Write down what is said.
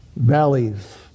Valleys